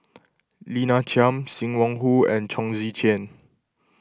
Lina Chiam Sim Wong Hoo and Chong Tze Chien